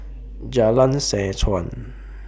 Jalan Seh Chuan